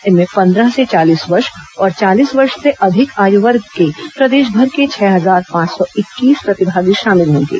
इनमें पंद्रह से चालीस वर्ष और चालीस वर्ष से अधिक आयू वर्ग के प्रदेशभर के छह हजार पांच सौ इक्कीस प्रतिभागी भाग लेंगे